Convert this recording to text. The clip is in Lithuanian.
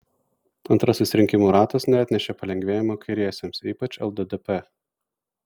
antrasis rinkimų ratas neatnešė palengvėjimo kairiesiems ypač lddp